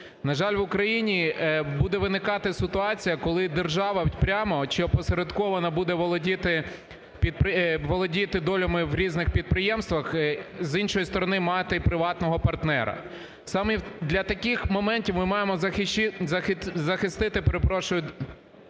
На жаль, в Україні буде виникати ситуація, коли держава прямо чи опосередковано буде володіти долями в різних підприємствах, з іншої сторони, мати приватного партнера. Саме для таких моментів ми маємо захистити, перепрошую,